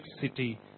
city